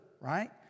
right